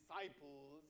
disciples